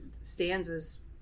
stanzas